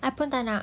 I pun tak nak